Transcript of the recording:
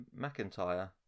McIntyre